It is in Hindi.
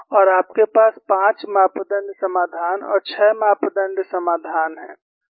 और आपके पास 5 मापदण्ड समाधान और 6 मापदण्ड समाधान है